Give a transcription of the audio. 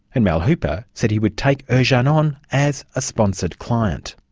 and mal hooper said he would take ercan on as a sponsored client.